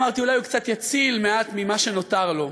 אמרתי: אולי הוא קצת יציל מעט ממה שנותר לו.